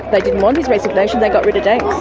like what his resignation, they got rid of dank.